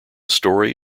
story